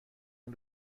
این